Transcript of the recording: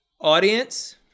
Audience